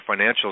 financials